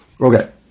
Okay